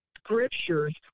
Scriptures